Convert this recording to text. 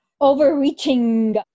overreaching